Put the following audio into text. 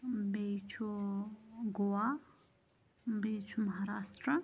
بیٚیہِ چھُ گوٚوا بیٚیہِ چھُ مہاراشٹرٛا